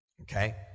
Okay